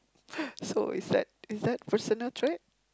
so is that is that personal trait